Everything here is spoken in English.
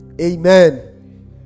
amen